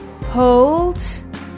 hold